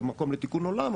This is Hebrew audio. אולי יש גם מקום לתיקון עולם,